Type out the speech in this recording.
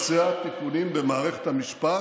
רוב עצום בעם,